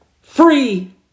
free